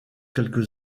quelques